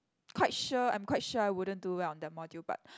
quite sure I'm quite sure I wouldn't do well on that module but